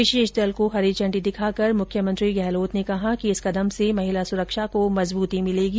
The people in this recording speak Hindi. विशेष दल को हरी झंडी दिखाकर मुख्यमंत्री गहलोत ने कहा कि इस कदम से महिला सुरक्षा को मजबूती मिलेगी